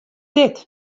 dit